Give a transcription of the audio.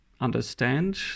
understand